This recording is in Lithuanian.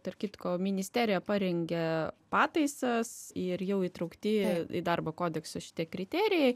tarp kitko ministerija parengė pataisas ir jau įtraukti į darbo kodeksą šitie kriterijai